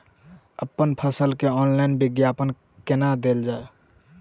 अप्पन फसल केँ ऑनलाइन विज्ञापन कोना देल जाए?